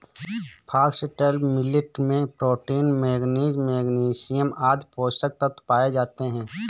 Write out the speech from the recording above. foxtail millet में protein, manganese, magnesium आदि पोषक तत्व पाए जाते है